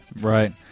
Right